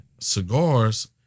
cigars